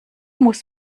muss